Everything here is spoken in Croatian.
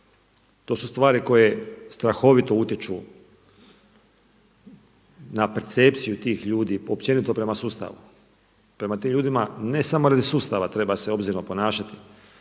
To su stvari koje strahovito utječu na percepciju tih ljudi, općenito prema sustavu. Prema tim ljudima ne samo radi sustava treba se obzirno ponašati